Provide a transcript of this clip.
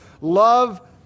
Love